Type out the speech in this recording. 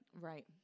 Right